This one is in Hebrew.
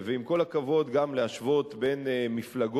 ועם כל הכבוד, גם להשוות בין מפלגות